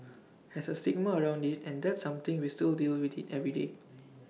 has A stigma around IT and that's something we still deal with every day